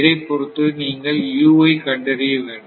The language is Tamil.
இதைப் பொறுத்து நீங்கள் u ஐ கண்டறிய வேண்டும்